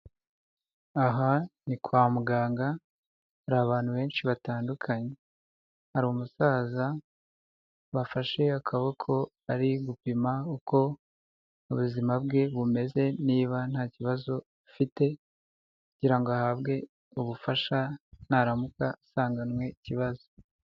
Aha ni kwa muganga hari abantu benshi batandukanye hari umusaza bafashe akaboko ari gupima uko ubuzima bwe bumeze niba nta kibazo afite kugira ngo ahabwe ubufasha naramuka asanganywe ikibazo.